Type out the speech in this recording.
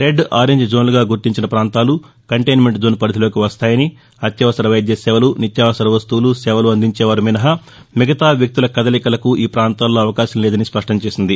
red orange జోన్లుగా గుర్తించిన పాంతాలు కంటైన్మెంట్ జోన్ పరిధిలోకి వస్తాయని అత్యవసర వైద్య సేవలు నిత్యావసర వస్తువులు సేవలు అందించేవారు మినహా మిగతా వ్యక్తుల కదలికలకు ఈ ప్రాంతాల్లో అవకాశం లేదని స్పష్టం చేసింది